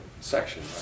section